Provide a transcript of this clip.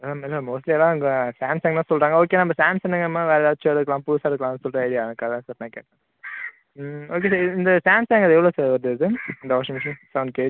ஆ madam okay தான் இவங்க சாம்சங்கில் சொல்கிறாங்க ஓகே நம்ம சாம்சங் இல்லாமல் வேற ஏதாச்சம் எடுக்கலாம் புதுசாக எடுக்கலாம் சொல்லிட்டு ஐடியா அதுதான் சார் நான் கேட்டேன் ஓகே சார் இந்த சாம்சங் இது எவ்வளோ சார் வருது இது இந்த வாஷிங்மிஷின் சவென் கேஜ்